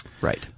Right